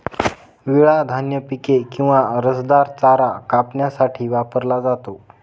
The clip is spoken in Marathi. विळा धान्य पिके किंवा रसदार चारा कापण्यासाठी वापरला जातो